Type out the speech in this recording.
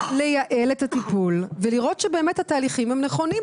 לייעל את הטיפול ולראות שבאמת המענים הם נכונים,